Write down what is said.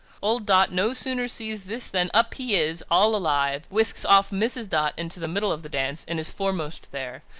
old dot no sooner sees this than up he is, all alive, whisks off mrs. dot into the middle of the dance, and is foremost there.